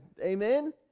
amen